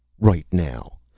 right now!